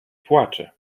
płacze